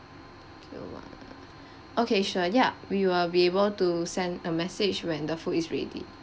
okay sure ya we will be able to send a message when the food is ready